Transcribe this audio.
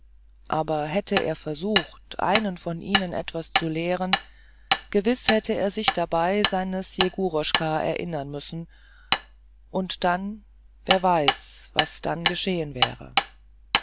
aber hätte er versucht einen von ihnen etwas zu lehren gewiß hätte er sich dabei seines jegoruschka erinnern müssen und dann wer weiß was dann geschehen wäre